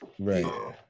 Right